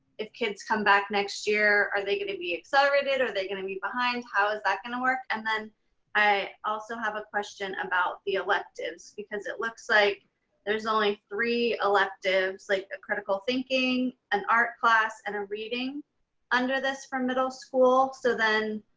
if kids come back next year, are they gonna be accelerated? are they gonna be behind? how is that gonna work? and then i also have a question about the electives because it looks like there's only three electives, like a critical thinking, an art class and a reading under this for middle school. so then